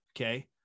Okay